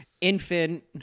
infant